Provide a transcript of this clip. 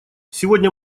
сегодня